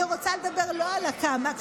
אני רוצה לדבר לא על כמה, אלא על למה.